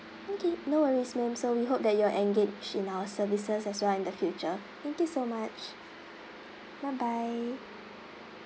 okay no worries ma'am so we hope that you will engage in our services as well in the future thank you so much bye bye